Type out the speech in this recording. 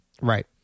Right